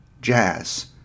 jazz